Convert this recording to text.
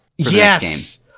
Yes